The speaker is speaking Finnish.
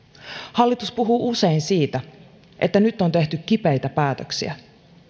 hallitus puhuu usein siitä että nyt on tehty kipeitä päätöksiä